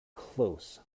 close